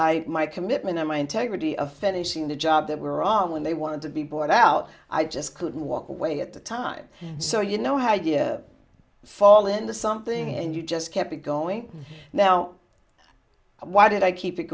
i my commitment and my integrity of finishing the job that were on when they wanted to be bought out i just couldn't walk away at the time so you know how you fall into something and you just kept it going now why did i keep it